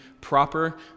proper